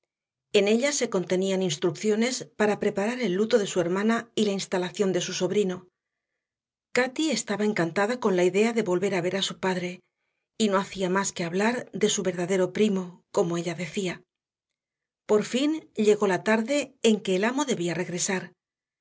en ella se contenían instrucciones para preparar el luto de su hermana y la instalación de su sobrino cati estaba encantada con la idea de volver a ver a su padre y no hacía más que hablar de su verdadero primo como ella decía por fin llegó la tarde en que el amo debía regresar